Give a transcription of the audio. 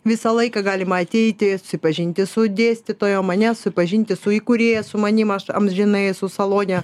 visą laiką galima ateiti susipažinti su dėstytojom ane susipažinti su įkūrėja su manim aš amžinai esu salone